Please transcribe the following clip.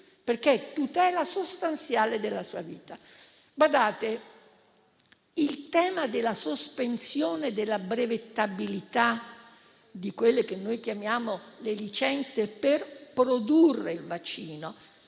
perché è tutela sostanziale della vita. Terza cosa: il tema della sospensione della brevettabilità di quelle che noi chiamiamo le licenze per produrre il vaccino